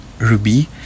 Ruby